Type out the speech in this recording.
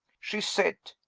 she said,